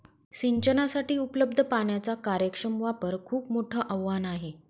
सिंचनासाठी उपलब्ध पाण्याचा कार्यक्षम वापर खूप मोठं आवाहन आहे